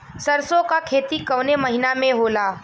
सरसों का खेती कवने महीना में होला?